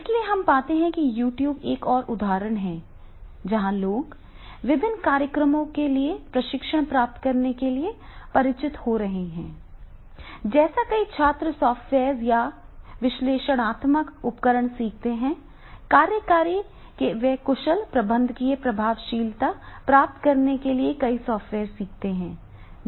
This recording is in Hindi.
इसलिए हम पाते हैं कि Youtube एक और उदाहरण है जहां लोग विभिन्न कार्यक्रमों के लिए प्रशिक्षण प्राप्त करने के लिए परिचित हो रहे हैं जैसे कई छात्र सॉफ्टवेयर्स या विश्लेषणात्मक उपकरण सीखते हैं कार्यकारी वे कुशल प्रबंधकीय प्रभावशीलता प्राप्त करने के लिए कई सॉफ़्टवेयर सीखते हैं